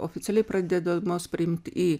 oficialiai pradedamos priimti į